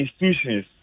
institutions